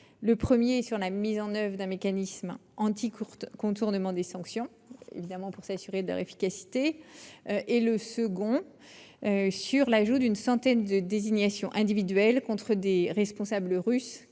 le premier, sur la mise en oeuvre d'un mécanisme anti-contournement des sanctions, pour s'assurer de l'efficacité de celles-ci, le second, sur l'ajout d'une centaine de désignations individuelles contre des responsables russes